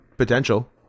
Potential